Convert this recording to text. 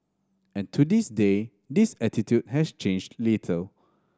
and to this day this attitude has changed little